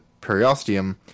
periosteum